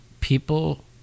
people